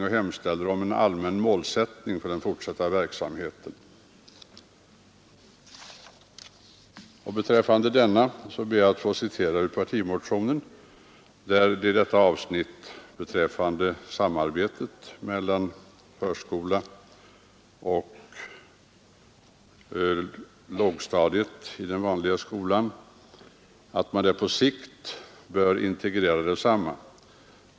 Reservanterna hemställer om en allmän målsättning för den fortsatta verksamheten. Beträffande denna målsättning ber jag att få citera ur partimotionens avsnitt om samarbetet mellan förskolan och lågstadiet i den vanliga skolan: ”På sikt bör en sådan samverkan leda fram till att förskola och lågstadium integreras i ett klasslöst förskola/lågstadium.